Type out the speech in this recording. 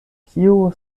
kiu